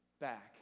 back